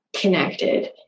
connected